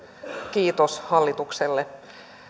kiitos hallitukselle